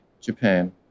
Japan